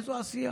איזו עשייה?